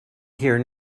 here